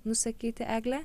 nusakyti egle